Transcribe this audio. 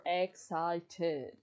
excited